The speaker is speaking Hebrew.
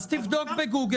תבדוק בגוגל.